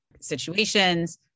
situations